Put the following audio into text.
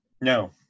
No